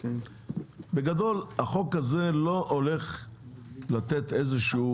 בגדול החוק הזה לא הולך לתת איזה שהוא